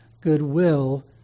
goodwill